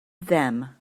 them